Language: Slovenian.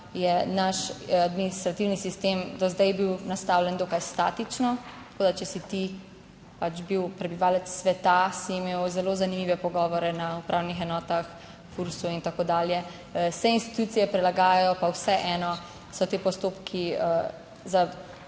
naš administrativni sistem do zdaj bil nastavljen dokaj statično, tako da če si ti pač bil prebivalec sveta, si imel zelo zanimive pogovore na upravnih enotah, Fursu in tako dalje. Se institucije prilagajajo, pa vseeno so ti postopki za mnoge